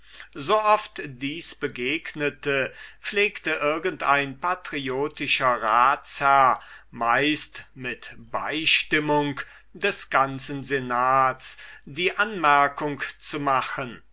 so oft dies begegnete pflegte irgend ein patriotischer ratsherr meistens mit beistimmung des ganzen senats die anmerkung zu machen